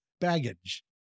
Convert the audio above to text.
baggage